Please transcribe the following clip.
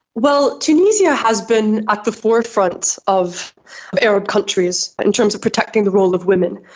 well, tunisia has been at the forefront of arab countries in terms of protecting the role of women.